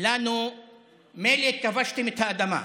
מילא כבשתם את האדמה,